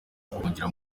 guhungira